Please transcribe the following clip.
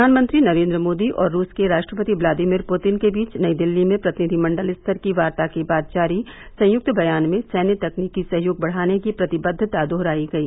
प्रधानमंत्री नरेन्द्र मोदी और रूस के राष्ट्रपति व्लादिमीर पुतिन के बीच नई दिल्ली में प्रतिनिधिमंडल स्तर की वार्ता के बाद जारी संयुक्त बयान में सैन्य तकनीकी सहयोग बढ़ाने की प्रतिबद्धता दोहराई गई